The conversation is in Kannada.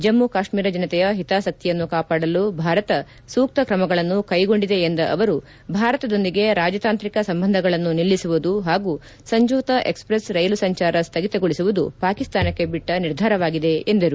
ಜಮ್ಮ ಕಾಶ್ಮೀರ ಜನತೆಯ ಹಿತಾಸಕ್ತಿಯನ್ನು ಕಾಪಾಡಲು ಭಾರತ ಸೂಕ್ತ ಕ್ರಮಗಳನ್ನು ಕೈಗೊಂಡಿದೆ ಎಂದ ಅವರು ಭಾರತದೊಂದಿಗೆ ರಾಜತಾಂತ್ರಿಕ ಸಂಬಂಧಗಳನ್ನು ನಿಲ್ಲಿಸುವುದು ಹಾಗೂ ಸಂಜೋತ ಎಕ್ಸ್ಪ್ರೆಸ್ ರೈಲು ಸಂಚಾರ ಸ್ಥಗಿತಗೊಳಿಸುವುದು ಪಾಕಿಸ್ತಾನಕ್ಕೆ ಬಿಟ್ಟ ನಿರ್ಧಾರವಾಗಿದೆ ಎಂದರು